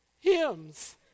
hymns